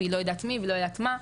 והיא לא יודעת מי והיא לא יודעת מה,